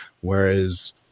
whereas